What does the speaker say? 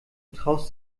traust